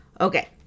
Okay